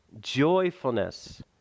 joyfulness